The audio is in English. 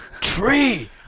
Tree